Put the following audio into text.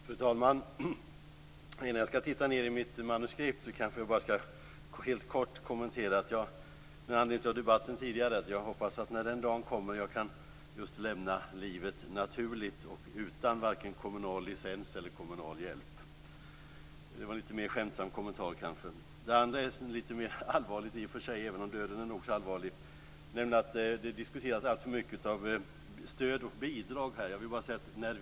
Fru talman! Innan jag tittar ned i mitt manuskript skall jag med anledning av den tidigare debatten bara helt kort kommentera ett par saker. Jag hoppas att när den dagen kommer jag kan lämna livet naturligt utan vare sig kommunal licens eller kommunal hjälp. Det var kanske en lite mer skämtsam kommentar. Det diskuteras alltför mycket om stöd och bidrag.